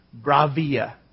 Bravia